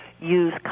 use